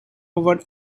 over